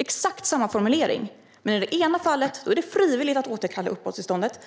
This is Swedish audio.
och samma formulering. I det ena fallet är det frivilligt att återkalla uppehållståndet.